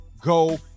go